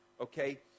okay